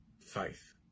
faith